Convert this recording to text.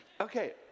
Okay